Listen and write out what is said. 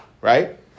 right